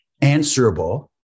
answerable